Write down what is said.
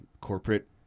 corporate